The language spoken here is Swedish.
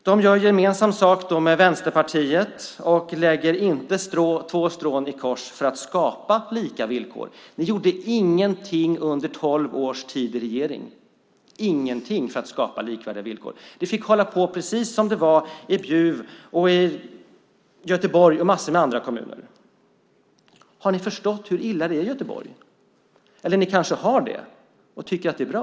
Man gör gemensam sak med Vänsterpartiet och lägger inte två strån i kors för att skapa lika villkor. Ni gjorde ingenting under tolv års tid i regeringen - ingenting för att skapa likvärdiga villkor. Man fick hålla på precis som det var i Bjuv, Göteborg och massor med andra kommuner. Har ni förstått hur illa det är i Göteborg? Eller ni kanske har det och tycker att det är bra.